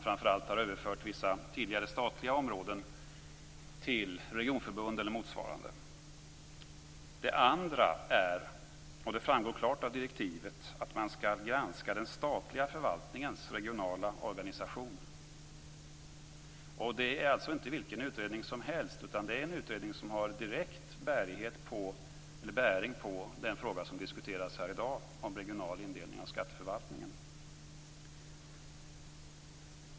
Framför allt har man överfört vissa tidigare statliga områden till regionförbund eller motsvarande. Den andra huvuduppgiften är - och det framgår klart av direktivet - att man skall granska den statliga förvaltningens regionala organisation. Detta är inte vilken utredning som helst, utan det är en utredning som har direkt bäring på den fråga som diskuteras här i dag, nämligen frågan om regional indelning av skatteförvaltningen.